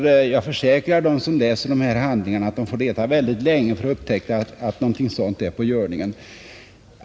Jag försäkrar dem som läser dessa handlingar att de får leta väldigt länge för att upptäcka att något sådant är i görningen.